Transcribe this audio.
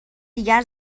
دیگر